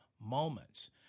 moments